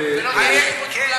ולא תאשימו את כולם,